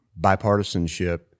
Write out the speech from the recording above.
bipartisanship